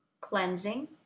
cleansing